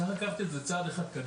צריך לקחת את זה צעד אחד קדימה,